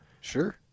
Sure